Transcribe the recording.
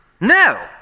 No